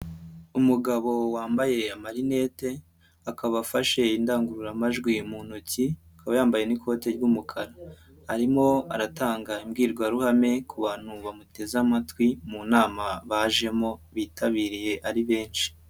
Umugabo wambaye amarinete akaba afashe indangururamajwi mu ntoki ababa yambaye n'ikote ry'umukara, arimo aratanga imbwirwaruhame ku bantu bamuteze amatwi mu nama bajemo bitabiriye ari benshi.